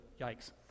yikes